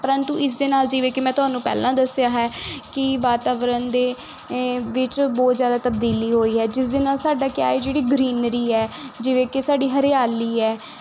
ਪਰੰਤੂ ਇਸ ਦੇ ਨਾਲ ਜਿਵੇਂ ਕਿ ਮੈਂ ਤੁਹਾਨੂੰ ਪਹਿਲਾਂ ਦੱਸਿਆ ਹੈ ਕਿ ਵਾਤਾਵਰਨ ਦੇ ਵਿੱਚ ਬਹੁਤ ਜ਼ਿਆਦਾ ਤਬਦੀਲੀ ਹੋਈ ਹੈ ਜਿਸ ਦੇ ਨਾਲ ਸਾਡਾ ਕਿਆ ਹੈ ਜਿਹੜੀ ਗ੍ਰੀਨਰੀ ਹੈ ਜਿਵੇਂ ਕਿ ਸਾਡੀ ਹਰਿਆਲੀ ਹੈ